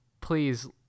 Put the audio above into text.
Please